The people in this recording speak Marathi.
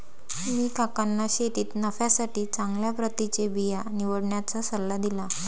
मी काकांना शेतीत नफ्यासाठी चांगल्या प्रतीचे बिया निवडण्याचा सल्ला दिला